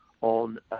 on